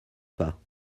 pas